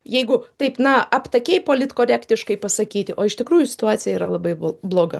jeigu taip na aptakiai politkorektiškai pasakyti o iš tikrųjų situacija yra labai bloga